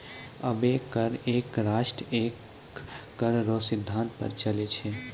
अबै कर एक राष्ट्र एक कर रो सिद्धांत पर चलै छै